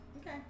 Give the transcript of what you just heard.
Okay